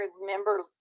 remember